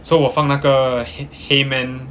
so 我放那个 heymann